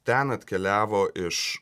ten atkeliavo iš